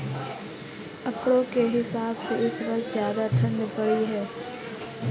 आंकड़ों के हिसाब से इस वर्ष ज्यादा ठण्ड पड़ी है